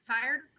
tired